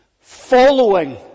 following